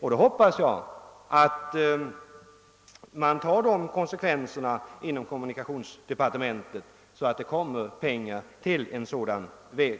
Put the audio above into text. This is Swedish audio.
Då hoppas jag också att man tar konsekvenserna av detta inom kommunikationsdepartemenet, så att tillräckligt mycket pengar kommer att gå till en sådan väg.